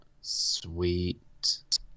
Sweet